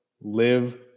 live